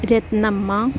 Ratnamma